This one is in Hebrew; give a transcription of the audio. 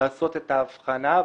לעשות את ההבחנה,